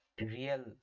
real